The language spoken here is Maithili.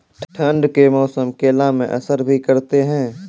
ठंड के मौसम केला मैं असर भी करते हैं?